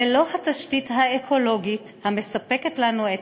ללא התשתית האקולוגית המספקת לנו את